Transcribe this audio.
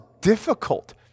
difficult